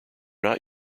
not